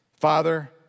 Father